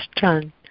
done